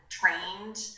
trained